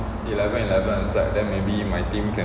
eleven eleven a side then maybe my team can